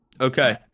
Okay